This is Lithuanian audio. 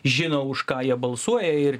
žino už ką jie balsuoja ir